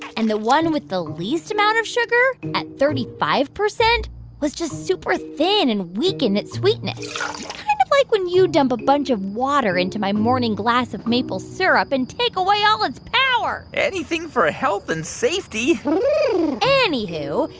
and the one with the least amount of sugar at thirty five percent was just super thin and weak in its sweetness. kind of like when you dump a bunch of water into my morning glass of maple syrup and take away all its power anything for ah health and safety anywho,